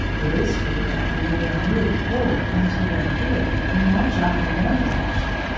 it is true that when we are moved forward into the field we march off in one direction,